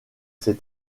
ces